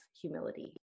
humility